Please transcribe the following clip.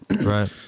Right